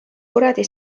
kuradi